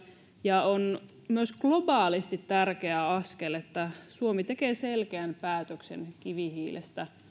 ja on myös globaalisti tärkeä askel että suomi tekee selkeän päätöksen kivihiilestä